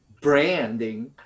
branding